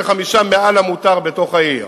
או 55 מעל המותר בתוך העיר,